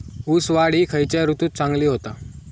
ऊस वाढ ही खयच्या ऋतूत चांगली होता?